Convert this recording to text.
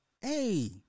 hey